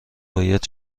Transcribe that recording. باید